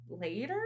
later